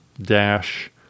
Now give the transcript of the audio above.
dash